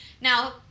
Now